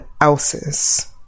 else's